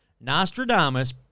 Nostradamus